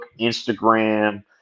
Instagram